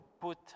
put